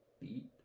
beat